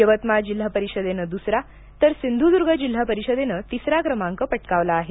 यवतमाळ जिल्हा परिषदेनं दुसरा तर सिंधूर्द्ग जिल्हा परिषदेनं तिसरा क्रमांक पटकावला आहे